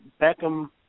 Beckham